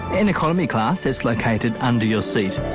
in economy class, it's located under your seat.